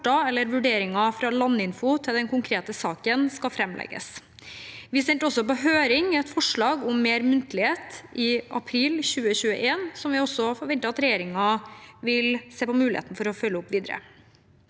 eller vurderinger fra Landinfo til den konkrete saken skal framlegges. Vi sendte også på høring et forslag om mer muntlighet i april 2021, som vi forventer at regjeringen vil se på muligheten for å følge opp videre.